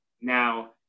now